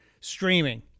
streaming